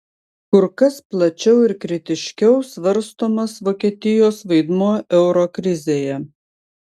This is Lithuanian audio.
kur kas plačiau ir kritiškiau svarstomas vokietijos vaidmuo euro krizėje